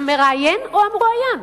המראיין או המרואיין?